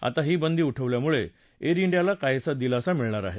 आता ही बंदी उठल्यामुळे एअर इंडियाला दिलासा मिळणार आहे